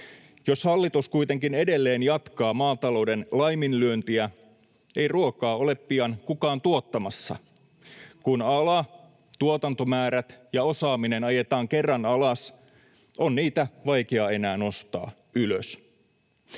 Jos hallitus kuitenkin edelleen jatkaa maatalouden laiminlyöntiä, ei ruokaa ole pian kukaan tuottamassa. Kun ala, tuotantomäärät ja osaaminen ajetaan kerran alas, on niitä vaikea enää nostaa ylös.